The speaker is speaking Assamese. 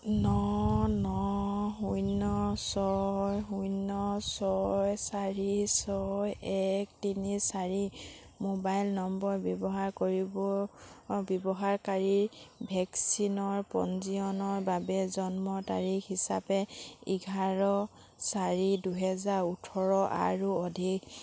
ন ন শূন্য ছয় শূন্য ছয় চাৰি ছয় এক তিনি চাৰি মোবাইল নম্বৰ ব্যৱহাৰ কৰিব অ' ব্যৱহাৰকাৰীৰ ভেকচিনৰ পঞ্জীয়নৰ বাবে জন্ম তাৰিখ হিচাপে এঘাৰ চাৰি দুহেজাৰ ওঠৰ আৰু